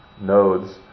nodes